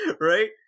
right